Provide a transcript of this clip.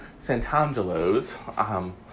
Santangelo's